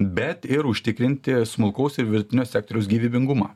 bet ir užtikrinti smulkaus ir vidutinio sektoriaus gyvybingumą